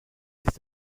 ist